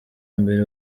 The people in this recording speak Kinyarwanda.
mbere